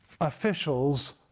officials